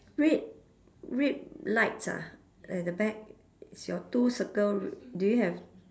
red red lights ah at the back is your two circle do you have